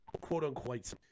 quote-unquote